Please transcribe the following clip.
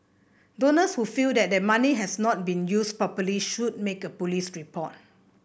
donors who feel that their money has not been used properly should make a police report